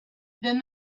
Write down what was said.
then